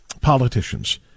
politicians